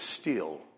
steal